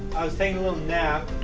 i was taking a little nap.